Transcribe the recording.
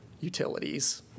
utilities